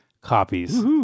copies